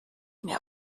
mir